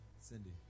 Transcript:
Cindy